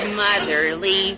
motherly